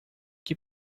que